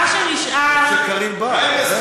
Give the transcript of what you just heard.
מה שנשאר, טוב שקארין באה.